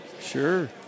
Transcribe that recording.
Sure